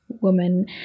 woman